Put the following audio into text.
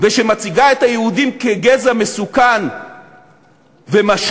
ושמציגה את היהודים כגזע מסוכן ומשחית